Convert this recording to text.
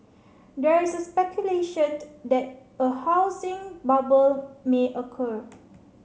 there is speculation that a housing bubble may occur